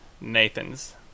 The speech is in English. Nathan's